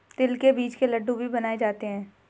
तिल के बीज के लड्डू भी बनाए जाते हैं